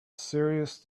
serious